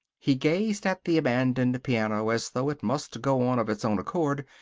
he gazed at the abandoned piano, as though it must go on of its own accord.